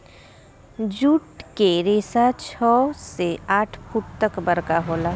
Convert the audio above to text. जुट के रेसा छव से आठ फुट तक बरका होला